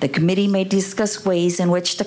the committee may discuss ways in which the